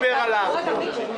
את מה שמשה שגיא דיבר עליו מקודם.